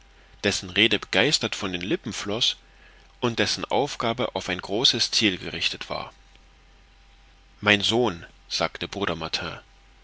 dessen rede begeistert von den lippen floß und dessen aufgabe auf ein großes ziel gerichtet war mein sohn sagte bruder martin